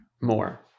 More